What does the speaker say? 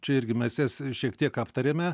čia irgi mes jas šiek tiek aptarėme